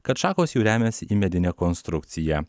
kad šakos jau remias į medinę konstrukciją